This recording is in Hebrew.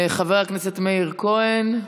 חבר הכנסת מאיר כהן,